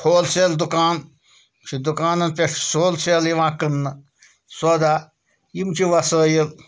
ہول sale دُکان چھِ دُکانَن پٮ۪ٹھ چھِ سیل یِوان کٕنٛنہٕ سودا یِم چھِ وسٲیِل